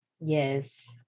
yes